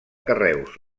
carreus